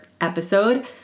episode